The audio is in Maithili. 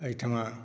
एहिठामा